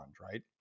right